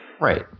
right